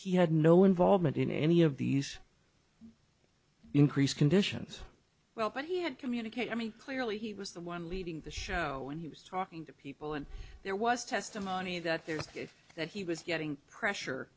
had no involvement in any of these increased conditions well but he had communicate i mean clearly he was the one leading the show when he was talking to people and there was testimony that there's if that he was getting pressure